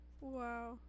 Wow